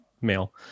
male